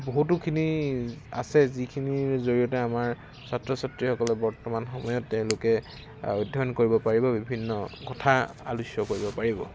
বহুতোখিনি আছে যিখিনিৰ জৰিয়তে আমাৰ ছাত্ৰ ছাত্ৰীসকলে বৰ্তমান সময়ত তেওঁলোকে অধ্যয়ন কৰিব পাৰিব বিভিন্ন কথা আলোচ্য কৰিব পাৰিব